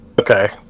Okay